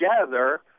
together